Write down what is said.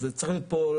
אז צריך להיות פה,